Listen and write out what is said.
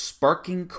Sparking